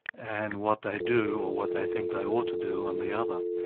and what they do or what they think they ought to do, on the other.